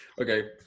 Okay